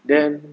then